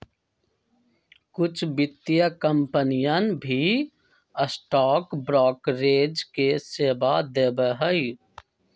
कुछ वित्तीय कंपनियन भी स्टॉक ब्रोकरेज के सेवा देवा हई